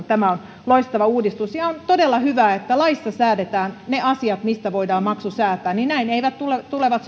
tämä on loistava uudistus ja on todella hyvä että laissa säädetään ne asiat mistä voidaan maksu säätää näin eivät tulevat